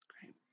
Great